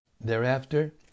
Thereafter